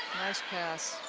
nice pass.